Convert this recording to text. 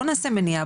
בואו נעשה מניעה,